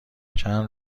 چند